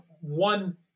one